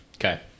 Okay